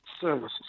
services